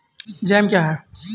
Jam क्या हैं?